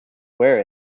wear